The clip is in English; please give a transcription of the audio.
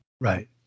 Right